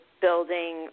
building